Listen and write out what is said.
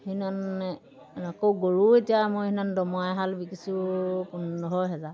সিমান আকৌ গৰুও এতিয়া মই সিদিনাখন দমৰা এহাল বিকিছোঁ পোন্ধৰ হেজাৰ